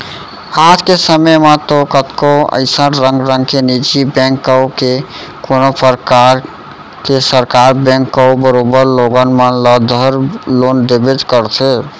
आज के समे म तो कतको अइसन रंग रंग के निजी बेंक कव के कोनों परकार के सरकार बेंक कव करोबर लोगन मन ल धर लोन देबेच करथे